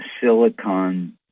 silicon